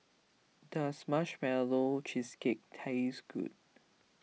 does Marshmallow Cheesecake taste good